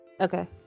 Okay